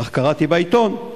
כך קראתי בעיתון,